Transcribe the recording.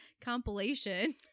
compilation